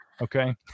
Okay